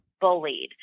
bullied